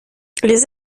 les